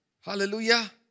Hallelujah